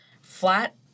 flat